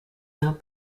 out